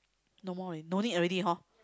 no more already no need already hor